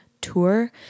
tour